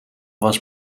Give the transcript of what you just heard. was